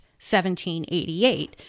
1788